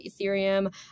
Ethereum